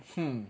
hmm